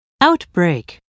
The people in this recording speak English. outbreak